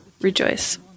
rejoice